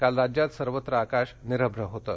काल राज्यात सर्वत्र आकाश निरभ्र होतं